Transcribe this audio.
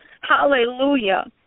Hallelujah